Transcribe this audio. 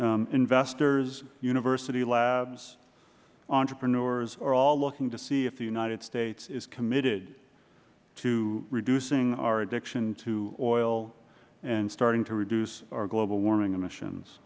investors university labs entrepreneurs are all working to see if the united states is committed to reducing our addiction to oil and starting to reduce our global warming emissions